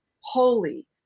holy